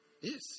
Yes